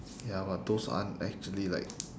ya but those aren't actually like